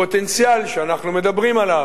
הפוטנציאל שאנחנו מדברים עליו,